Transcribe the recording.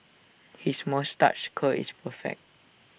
his moustache curl is perfect